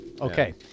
Okay